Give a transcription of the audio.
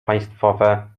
państwowe